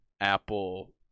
apple